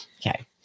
okay